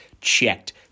checked